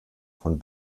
von